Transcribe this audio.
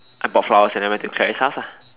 I bought flowers and then went to Clarie's house lah